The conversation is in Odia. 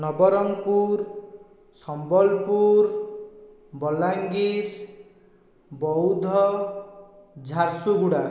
ନବରଙ୍ଗପୁର ସମ୍ବଲପୁର ବଲାଙ୍ଗୀର ବୌଦ୍ଧ ଝାରସୁଗୁଡ଼ା